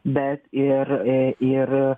bet ir